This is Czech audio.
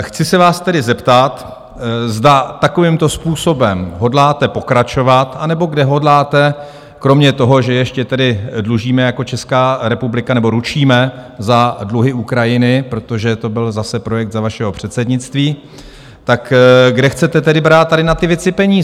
Chci se vás tedy zeptat, zda takovýmto způsobem hodláte pokračovat, anebo kde hodláte, kromě toho, že ještě tedy dlužíme jako Česká republika nebo ručíme za dluhy Ukrajiny, protože to byl zase projekt za vašeho předsednictví, tak kde chcete tedy brát tady na ty věci peníze?